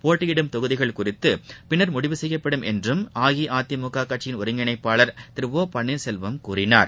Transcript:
போட்டியிடும் தொகுதிகள் குறித்து பின்னர் முடிவு செய்யப்படும் என்றும் அஇஅதிமுக கட்சியின் ஒருங்கிணைப்பாளர் திரு ஒ பன்னீர் செல்வம் கூறினார்